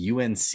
UNC